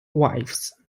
wives